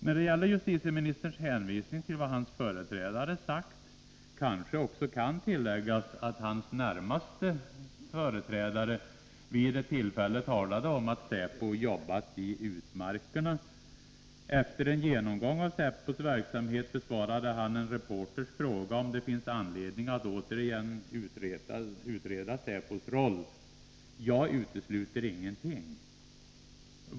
När det gäller justitieministerns hänvisning till vad hans företrädare sagt kanske också kan tilläggas att hans närmaste företrädare vid ett tillfälle talade om att säpo jobbat i utmarkerna. Efter en genomgång av säpos verksamhet besvarade den dåvarande justitieministern en reporters fråga, om det finns anledning att återigen utreda säpos roll, med följande ord: Jag utesluter ingenting!